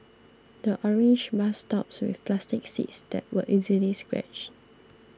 the orange bus stops with plastic seats that were easily scratched